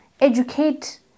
educate